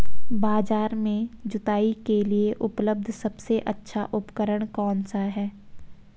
बाजार में जुताई के लिए उपलब्ध सबसे अच्छा उपकरण कौन सा है?